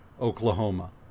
Oklahoma